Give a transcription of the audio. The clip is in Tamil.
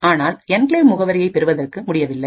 ஆனால் என்கிளேவ் முகவரியை பெறுவதற்கு முடியவில்லை